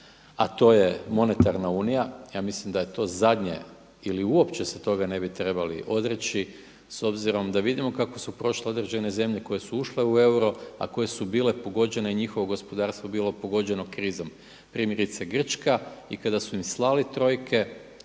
A to je monetarna unija. Ja mislim da je to zadnje ili uopće se toga ne bi trebali odreći s obzirom da vidimo kako su prošle određene zemlje koje su ušle u euro a koje su bile pogođene, njihovo gospodarstvo je bilo pogođeno krizom. Primjerice Grčka i kada su im slali trojke